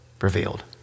revealed